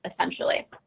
essentially